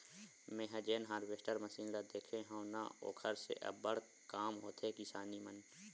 मेंहा जेन harvester machine ल देखे हव न ओखर से अब्बड़ काम होथे किसानी मन